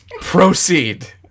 proceed